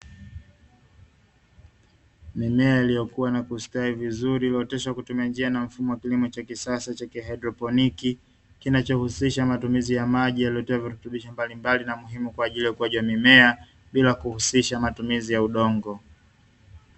Mimea iliyokua na kustawi vizuri iliyooteshwa kutumia njia na mfumo wa kilimo cha kisasa cha kihaidroponiki, kinachohusisha matumizi ya maji yaliyotiwa virutubisho mbalimbali na muhimu kwa ajili ya ukuaji wa mimea bila kuhusisha matumizi ya udongo.